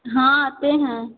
हाँ आते हैं